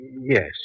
Yes